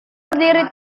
berdiri